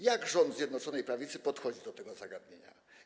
Jak rząd Zjednoczonej Prawicy podchodzi do tego zagadnienia?